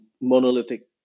monolithic